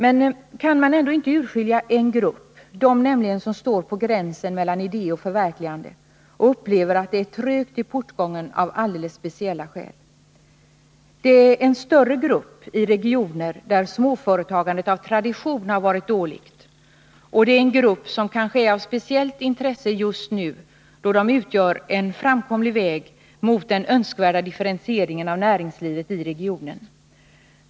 Men kan man ändå inte urskilja en grupp, den nämligen som står på gränsen mellan idé och förverkligande och upplever att det är trögt i portgången av alldeles speciella skäl? Det är en större grupp i regioner där småföretagandet av tradition har varit dåligt, och det är en grupp som kanske är av speciellt intresse just nu, då den innebär en framkomlig väg mot den önskvärda differentieringen av näringslivet i regionen.